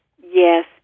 Yes